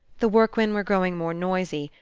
the workmen were growing more noisy,